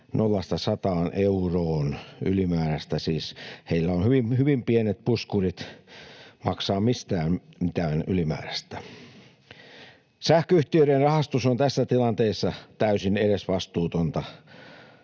nollasta sataan euroon ylimääräistä. Siis heillä on hyvin pienet puskurit maksaa mistään mitään ylimäärästä. Sähköyhtiöiden rahastus on tässä tilanteessa täysin edesvastuutonta.